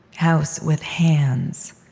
house with hands.